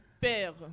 père